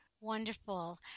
Wonderful